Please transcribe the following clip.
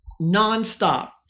nonstop